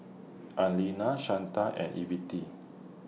Arlena Shanta and Ivette